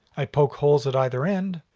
i poke holes at either end,